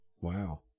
Wow